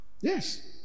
Yes